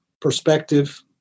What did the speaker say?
perspective